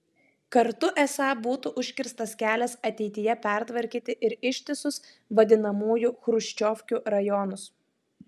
kartu esą būtų užkirstas kelias ateityje pertvarkyti ir ištisus vadinamųjų chruščiovkių rajonus